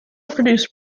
reproduce